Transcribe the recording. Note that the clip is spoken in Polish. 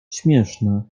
śmieszne